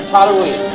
Halloween